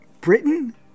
Britain